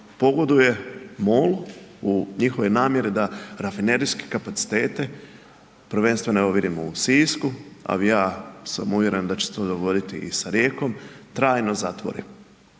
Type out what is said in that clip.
pogoduje MOL-u u njihovoj namjeri da rafinerijske kapacitete, prvenstveno evo vidimo u Sisku, ali ja sam uvjeren da će se to dogoditi i sa Rijekom, trajno zatvori.